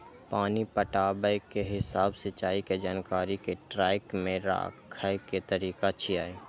पानि पटाबै के हिसाब सिंचाइ के जानकारी कें ट्रैक मे राखै के तरीका छियै